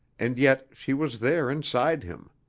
and yet she was there inside him.